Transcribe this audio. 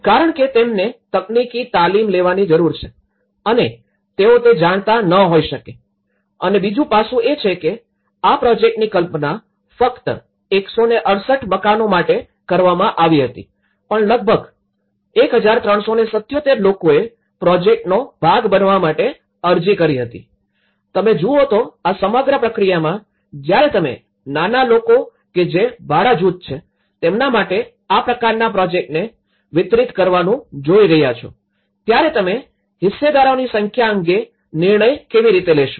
કારણ કે તેમને તકનીકી તાલીમ લેવાની જરૂર છે અને તેઓ તે જાણતા ન હોય શકે અને બીજું પાસું એ છે કે આ પ્રોજેક્ટની કલ્પના ફક્ત ૧૬૮ મકાનો માટે કરવામાં આવી હતી પણ લગભગ ૧૩૭૭ લોકોએ પ્રોજેક્ટનો ભાગ બનવા માટે અરજી કરી હતી તમે જુઓ તો આ સમગ્ર પ્રક્રિયામાં જ્યારે તમે નાના લોકો કે જે ભાડા જૂથ છે તેમના માટે આ પ્રકારના પ્રોજેક્ટને વિતરિત કરવાનું જોઈ રહ્યા છો ત્યારે તમે હિસ્સેદારોની સંખ્યા અંગે નિર્ણય કેવી રીતે લેશો